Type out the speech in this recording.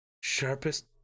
sharpest